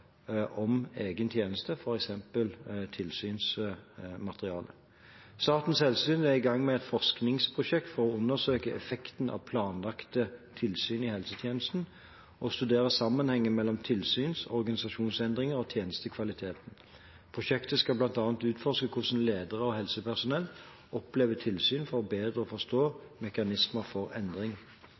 om egen tjeneste, f.eks. tilsynsmateriale. Statens helsetilsyn er i gang med et forskningsprosjekt for å undersøke effekten av planlagte tilsyn i helsetjenesten og studere sammenhengen mellom tilsyn, organisasjonsendringer og tjenestekvalitet. Prosjektet skal bl.a. utforske hvordan ledere og helsepersonell opplever tilsyn for bedre å forstå mekanismer for endring.